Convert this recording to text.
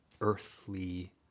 earthly